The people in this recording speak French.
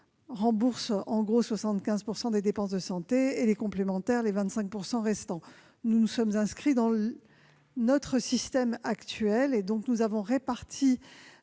rembourse environ 75 % des dépenses de santé et les complémentaires les 25 % restants. Nous nous sommes inscrits dans ce système et avons donc réparti